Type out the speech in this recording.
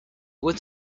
were